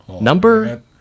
number